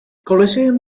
colosseum